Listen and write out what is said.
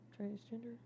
Transgender